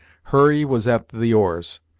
hurry was at the oars.